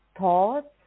thoughts